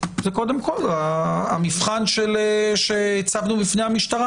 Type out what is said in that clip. זה קודם כול המבחן שהצבנו בפני המשטרה.